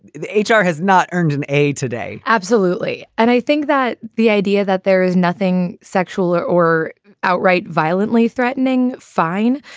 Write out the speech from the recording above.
the h r. has not earned an aide today absolutely. and i think that the idea that there is nothing sexual or or outright violently threatening, fine.